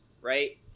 right